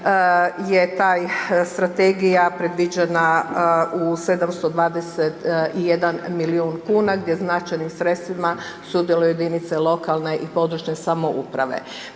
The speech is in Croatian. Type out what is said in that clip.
je ta strategija predviđena u 721 milijun kuna gdje značajnim sredstvima sudjeluju jedinice lokalne i područne samouprave.